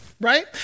right